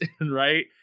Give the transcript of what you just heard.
right